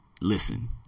listen